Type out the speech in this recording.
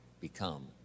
become